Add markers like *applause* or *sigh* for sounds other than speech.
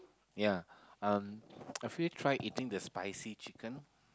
ya um *noise* have you tried eating the spicy chicken